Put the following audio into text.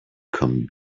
come